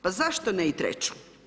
Pa zašto ne i treću?